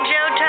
Joe